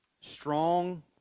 Strong